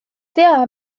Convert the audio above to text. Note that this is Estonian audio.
tea